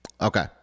okay